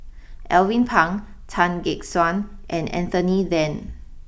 Alvin Pang Tan Gek Suan and Anthony then